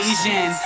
Asian